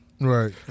Right